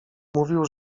mówił